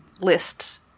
lists